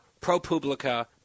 ProPublica